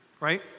Right